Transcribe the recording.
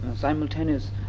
simultaneous